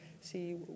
see